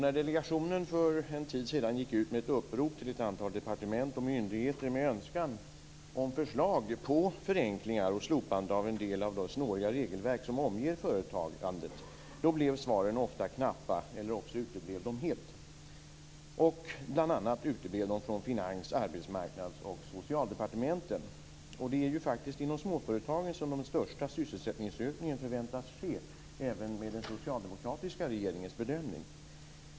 När delegationen för en tid sedan gick ut med ett upprop till ett antal departement och myndigheter med önskan om förslag till förenklingar och slopande av en del av det snåriga regelverk som omger företagandet blev svaren ofta knappa eller uteblev helt. Det är faktiskt inom småföretagen som den största sysselsättningsökningen förväntas ske, även enligt den socialdemokratiska regeringens bedömning.